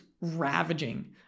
ravaging